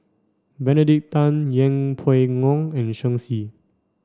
Benedict Tan Yeng Pway Ngon and Shen Xi